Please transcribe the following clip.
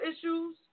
issues